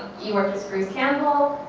you worked with bruce campbell.